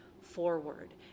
forward